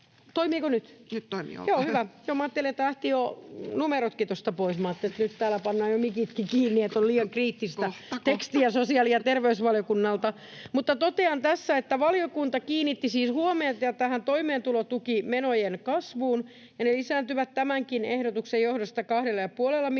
toimii, olkaa hyvä!] — Joo, hyvä. Kun lähtivät jo numerotkin tuosta pois, niin minä ajattelin, että nyt täällä pannaan jo mikitkin kiinni, [Puhemies: Kohta, kohta!] kun on liian kriittistä tekstiä sosiaali‑ ja terveysvaliokunnalta. Mutta totean tässä, että valiokunta kiinnitti siis huomiota tähän toimeentulotukimenojen kasvuun, ja ne lisääntyvät tämänkin ehdotuksen johdosta 2,5 miljoonalla eurolla